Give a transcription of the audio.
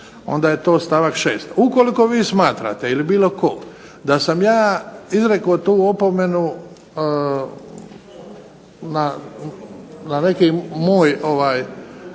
onda je to stavak 6. Ukoliko vi smatrate ili bilo tko da sam ja izrekao tu opomenu na neki moj